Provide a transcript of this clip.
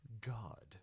God